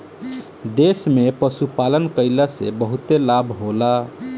देश में पशुपालन कईला से बहुते लाभ होला